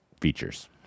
features